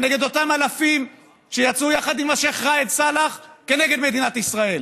נגד אותם אלפים שיצאו יחד עם השיח' ראאד סאלח נגד מדינת ישראל?